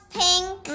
pink